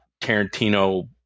Tarantino-